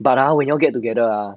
but ah when you all get together ah